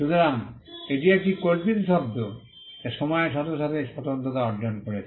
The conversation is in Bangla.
সুতরাং এটি একটি কল্পিত শব্দ যা সময়ের সাথে সাথে স্বতন্ত্রতা অর্জন করেছে